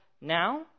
now